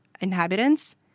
inhabitants